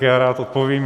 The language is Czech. Já rád odpovím.